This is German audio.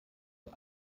wir